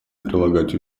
прилагать